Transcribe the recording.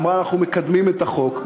אמרה: אנחנו מקדמים את החוק.